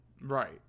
Right